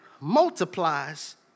multiplies